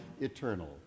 eternal